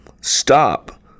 Stop